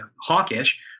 hawkish